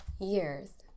years